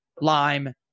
lime